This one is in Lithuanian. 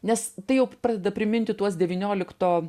nes tai jau pradeda priminti tuos devyniolikto